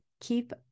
keep